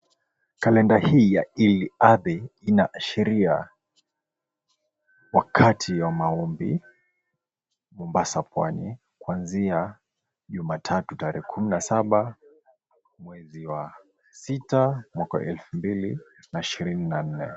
Kalenda hii ya EID UL ADHA ina sheria wakati wa maombi Mombasa, pwani kuanzia Jumatatu tarehe kumi na saba mwezi wa sita, mwaka wa elfu mbili na ishirini na nne.